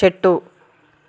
చెట్టు